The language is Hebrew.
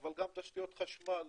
אבל גם תשתיות חשמל.